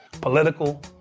political